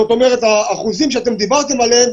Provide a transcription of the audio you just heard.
זאת אומרת האחוזים שאתם דיברתם עליהם,